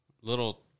little